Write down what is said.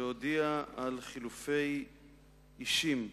להודיע על חילופי אישים בוועדות.